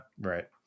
Right